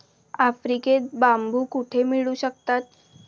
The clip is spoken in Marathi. आफ्रिकेत बांबू कुठे मिळू शकतात?